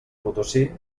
potosí